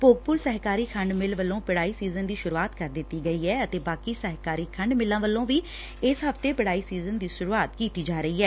ਭੋਗਪੁਰ ਸਹਿਕਾਰੀ ਖੰਡ ਮਿੱਲ ਵੱਲੋਂ ਪਿੜਾਈ ਸੀਜ਼ਨ ਦੀ ਸ਼ੁਰੂਆਤ ਕਰ ਦਿੱਤੀ ਗਈ ਹੈ ਅਤੇ ਬਾਕੀ ਸਹਿਕਾਰੀ ਖੰਡ ਮਿੱਲਾਂ ਵੱਲੋਂ ਵੀ ਇਸੇ ਹਫਤੇ ਪਿੜਾਈ ਸੀਜ਼ਨ ਦੀ ਸ਼ੁਰੂਆਤ ਕੀਤੀ ਜਾ ਰਹੀ ਐ